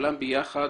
כולם ביחד